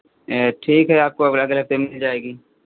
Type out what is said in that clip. ठीक है आपको अग अगले हफ़्ते मिल जाएगी